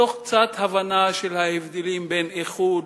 תוך קצת הבנה של ההבדלים בין "איחוד",